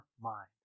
mind